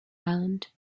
island